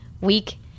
week